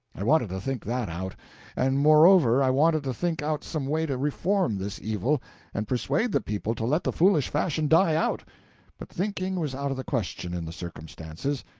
i wanted to think that out and moreover i wanted to think out some way to reform this evil and persuade the people to let the foolish fashion die out but thinking was out of the question in the circumstances.